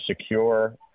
secure